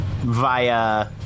via